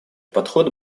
подход